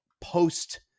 post